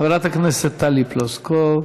חברת הכנסת טלי פלוסקוב.